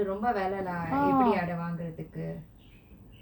ரொம்ப வெல:romba vela lah எப்படி அத வாங்குறதுக்கு:eppadi atha vangurathukku